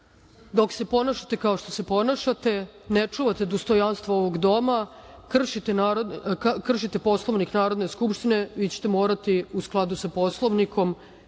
Dok se ponašate kao što se ponašate, ne čuvate dostojanstvo ovog doma, kršite Poslovnik Narodne skupštine, vi ćete morati u skladu sa Poslovnikom